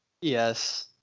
Yes